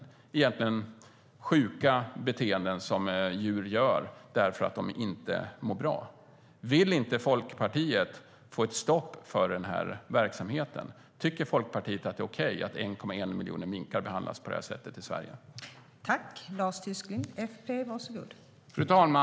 Det är egentligen sjuka beteenden hos djur när de inte mår bra. Vill Folkpartiet inte få ett stopp på den verksamheten? Tycker Folkpartiet att det är okej att 1,1 miljoner minkar behandlas på det sättet i Sverige?